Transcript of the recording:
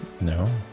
no